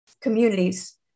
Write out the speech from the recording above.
communities